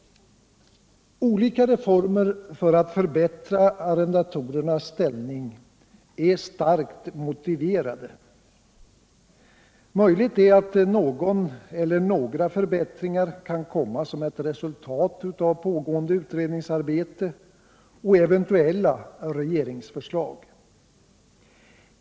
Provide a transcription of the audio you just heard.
Olika reformer för att förbättra arrendatorernas ställning är starkt motiverade. Möjligt är att någon eller några förbättringar kan komma som ett resultat av pågående utredningsarbete och eventuella regeringsförslag.